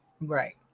Right